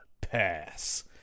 pass